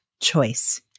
choice